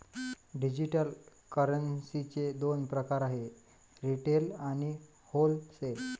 digital करन्सीचे दोन प्रकार आहेत रिटेल आणि होलसेल